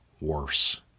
worse